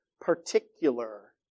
particular